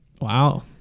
wow